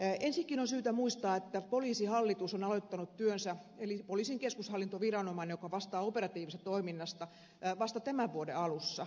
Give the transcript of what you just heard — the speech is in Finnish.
ensinnäkin on syytä muistaa että poliisihallitus on aloittanut työnsä eli poliisin keskushallintoviranomainen joka vastaa operatiivisesta toiminnasta vasta tämän vuoden alusta